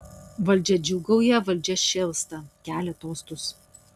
valdžia džiūgauja valdžia šėlsta kelia tostus